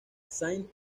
saint